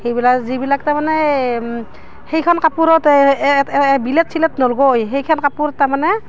সেইবিলাক যিবিলাক তাৰমানে সেইখন কাপোৰত বিলেট চিলেট নলগাই সেইখন কাপোৰ তাৰমানে